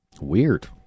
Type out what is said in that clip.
weird